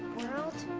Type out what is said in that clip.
world